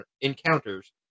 encounters